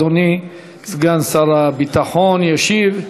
אדוני סגן שר הביטחון ישיב.